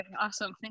awesome